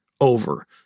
over